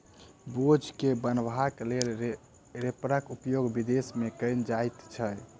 बोझ के बन्हबाक लेल रैपरक उपयोग विदेश मे कयल जाइत छै